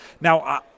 Now